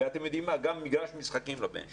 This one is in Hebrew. אתם יודעים מה, גם מגרש משחקים לבן שלי.